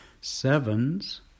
sevens